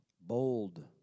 Bold